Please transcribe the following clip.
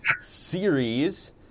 Series